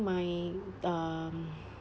my um